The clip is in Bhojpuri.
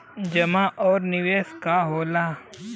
जमा और निवेश का होला?